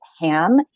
ham